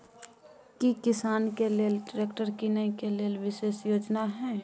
की किसान के लेल ट्रैक्टर कीनय के लेल विशेष योजना हय?